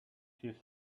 his